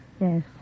Yes